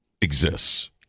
exists